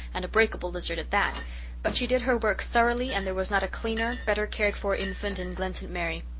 and a breakable lizard at that but she did her work thoroughly and there was not a cleaner, better-cared-for infant in glen st. mary.